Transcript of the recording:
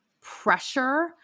pressure